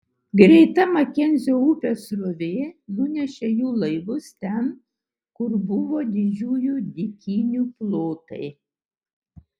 greita makenzio upės srovė nunešė jų laivus ten kur buvo didžiųjų dykynių plotai